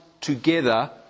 together